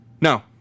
No